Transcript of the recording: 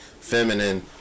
feminine